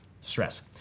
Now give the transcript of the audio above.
Stress